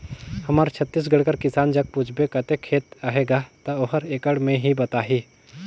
हमर छत्तीसगढ़ कर किसान जग पूछबे कतेक खेत अहे गा, ता ओहर एकड़ में ही बताही